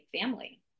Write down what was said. family